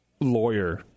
lawyer